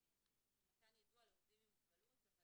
מתן יידוע לעובדים עם מוגבלות אבל